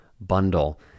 bundle